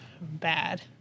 bad